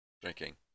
Drinking